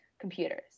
computers